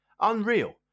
Unreal